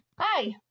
Hi